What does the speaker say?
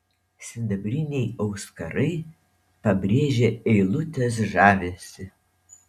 sidabriniai auskarai pabrėžė eilutės žavesį